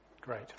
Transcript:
Great